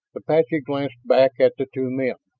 apache glanced back at the two men.